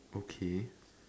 okay